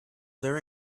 their